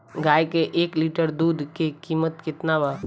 गाए के एक लीटर दूध के कीमत केतना बा?